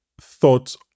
thoughts